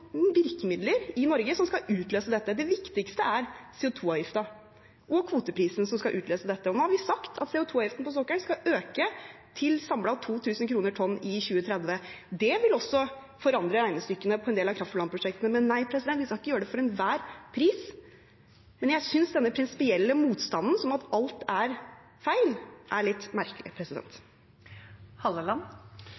virkemidler som skal utløse dette. Det viktigste som skal utløse dette, er CO 2 -avgiften og kvoteprisen. Da har vi sagt at CO 2 -avgiften på sokkelen skal øke til samlet 2 000 kr per tonn i 2030. Det vil også forandre regnestykket for en del av kraft-fra-land-prosjektene. Nei, vi skal ikke gjøre det for enhver pris. Men jeg synes denne prinsipielle motstanden, som at alt er feil, er litt merkelig.